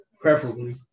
Preferably